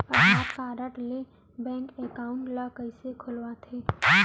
आधार card ले bank account ल कइसे खोलथे?